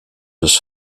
des